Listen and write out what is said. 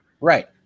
Right